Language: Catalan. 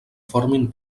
formin